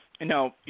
No